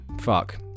fuck